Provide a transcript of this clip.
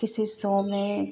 किसी सो में